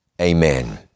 amen